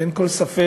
אין כל ספק